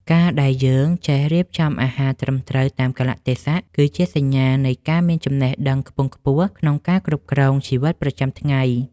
ការដែលយើងចេះរៀបចំអាហារត្រឹមត្រូវតាមកាលៈទេសៈគឺជាសញ្ញានៃការមានចំណេះដឹងខ្ពង់ខ្ពស់ក្នុងការគ្រប់គ្រងជីវិតប្រចាំថ្ងៃ។